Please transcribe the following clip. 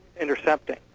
intercepting